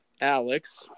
Alex